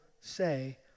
say